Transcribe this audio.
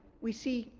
we see,